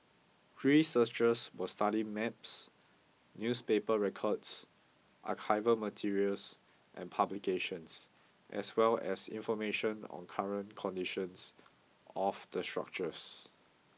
researchers will study maps newspaper records archival materials and publications as well as information on current conditions of the structures